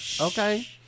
okay